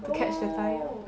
no